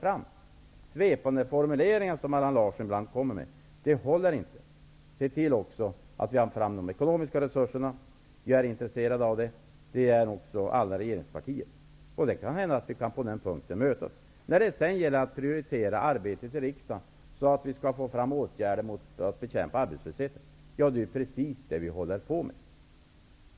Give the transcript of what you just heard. Sådana svepande formuleringar som Allan Larsson ibland kommer med håller inte. Det gäller att se till att vi får fram de ekonomiska resurserna. Vi är intresserade av det, och det är samtliga regeringspartier. Det är möjligt att vi kan mötas på denna punkt. Det har sagts att man skall prioritera arbetet i riksdagen för att få fram åtgärder för att bekämpa arbetslösheten. Det är precis detta vi håller på med.